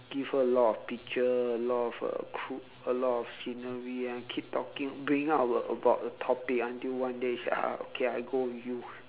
give her a lot of picture a lot of uh cru~ a lot of scenery and keep talking bringing up about about the topic until one day she ah okay one day I go with you